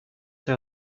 your